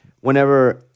Whenever